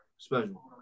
special